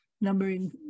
numbering